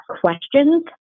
questions